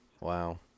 Wow